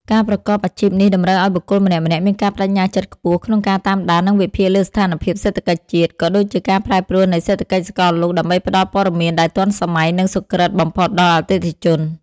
ការប្រកបអាជីពនេះតម្រូវឱ្យបុគ្គលម្នាក់ៗមានការប្ដេជ្ញាចិត្តខ្ពស់ក្នុងការតាមដាន និងវិភាគលើស្ថានភាពសេដ្ឋកិច្ចជាតិ ក៏ដូចជាការប្រែប្រួលនៃសេដ្ឋកិច្ចសកលលោក ដើម្បីផ្ដល់ព័ត៌មានដែលទាន់សម័យ និងសុក្រឹតបំផុតដល់អតិថិជន។